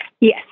Yes